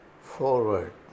forward